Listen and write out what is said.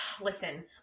listen